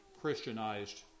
Christianized